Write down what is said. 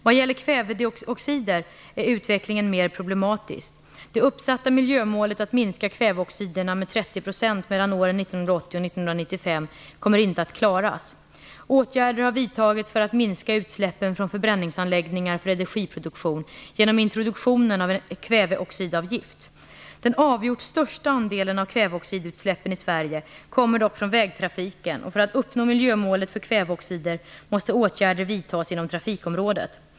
Vad gäller kväveoxider är utvecklingen mer problematisk. Det uppsatta miljömålet att minska kväveoxiderna med 30 % mellan åren 1980 och 1995 kommer inte att klaras. Åtgärder har vidtagits för att minska utsläppen från förbränningsanläggningar för energiproduktion genom introduktionen av en kväveoxidavgift. Den avgjort största andelen av kväveoxidutsläppen i Sverige kommer dock från vägtrafiken, och för att uppnå miljömålet för kväveoxider måste åtgärder vidtas inom trafikområdet.